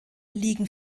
liegen